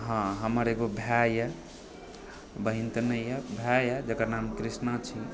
हँ हमर एगो भाय यऽ बहिन तऽ नहि यऽभाय यऽ जेकर नाम कृष्णा छै